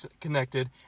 connected